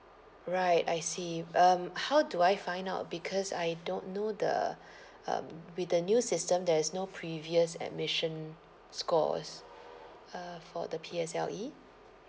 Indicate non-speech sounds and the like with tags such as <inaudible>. right I see um how do I find out because I don't know the <breath> um with the new system there is no previous admission scores uh for the P_S_L_E